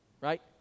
Right